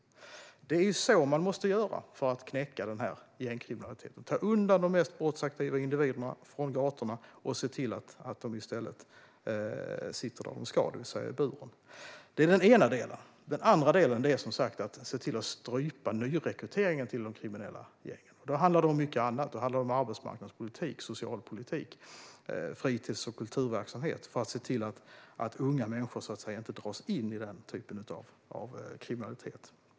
Det är så man måste göra för att knäcka gängkriminaliteten. Det gäller att ta undan de mest brottsaktiva individerna från gatorna och se till att de i stället sitter där de ska, det vill säga i buren. Det är den ena delen. Den andra delen är att se till att strypa nyrekryteringen till de kriminella gängen. Då handlar det om mycket annat. Det handlar om arbetsmarknadspolitik, socialpolitik och fritids och kulturverksamhet för att se till att unga människor inte dras in i den typen av kriminalitet.